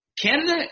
Canada